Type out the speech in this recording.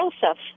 Joseph